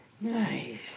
nice